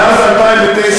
מאז 2009,